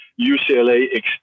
ucla